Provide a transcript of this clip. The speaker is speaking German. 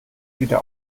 wieder